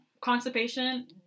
constipation